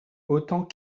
autant